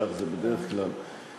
כך זה בדרך כלל.